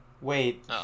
Wait